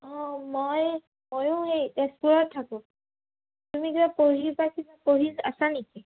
অঁ মই ময়ো সেই তেজপুৰত থাকোঁ তুমি কিবা পঢ়ি বা কিবা পঢ়ি আছা নেকি